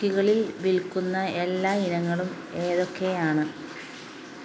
കുക്കികളിൽ വിൽക്കുന്ന എല്ലാ ഇനങ്ങളും ഏതൊക്കെയാണ്